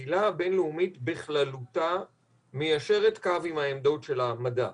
שהקהילה הבין-לאומית בכללותה מיישרת קו עם העמדות של המדע.